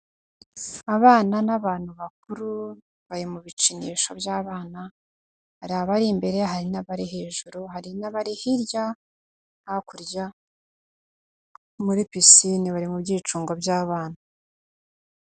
Abana n'abantu bakuru bari mu bikinisho by'abana, hari abari imbere hari n'abari hejuru hari n'abari hirya hakurya muri pisine bari mu byicungo by'abana.